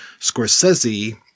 Scorsese